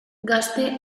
gazte